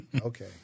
Okay